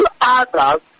others